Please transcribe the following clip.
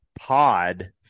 pod